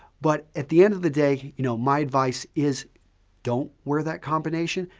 but at the end of the day, you know my advice is don't wear that combination,